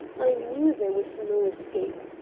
i knew there was no escape.